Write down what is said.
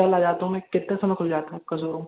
कल आ जाता हूँ मैं कितने समय खुल जाता है आपका शोरूम